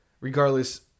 regardless